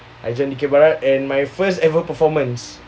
I join dikir barat and my first ever performance